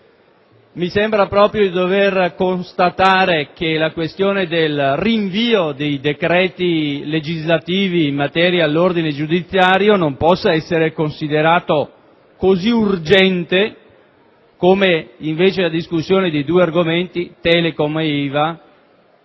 vicenda Telecom, devo constatare che la sospensiva dei decreti legislativi in materia di ordine giudiziario non possa essere considerata così urgente come invece lo è la discussione dei due argomenti Telecom e IVA,